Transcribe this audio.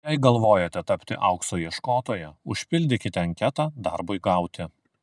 jei galvojate tapti aukso ieškotoja užpildykite anketą darbui gauti